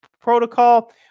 protocol